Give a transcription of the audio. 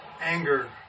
anger